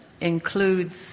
includes